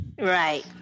right